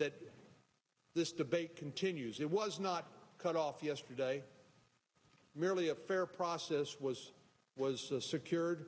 that this debate continues it was not cut off yesterday merely a fair process was secured